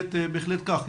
בהחלט כך.